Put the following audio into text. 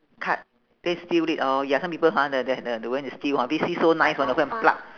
cut they steal it orh ya some people hor the they're the they're going to steal hor they see so nice want to go and pluck